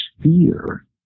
fear